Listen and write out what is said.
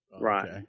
right